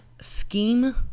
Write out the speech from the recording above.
scheme